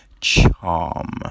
charm